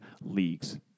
leagues